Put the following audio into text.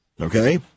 Okay